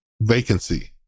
vacancy